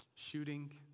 Shooting